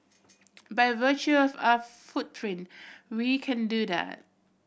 by virtue of our footprint we can do that